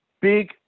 big